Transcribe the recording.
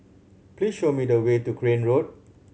please show me the way to Crane Road